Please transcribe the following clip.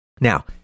Now